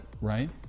right